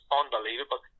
unbelievable